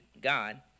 God